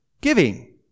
giving